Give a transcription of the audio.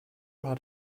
hat